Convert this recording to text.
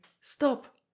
Stop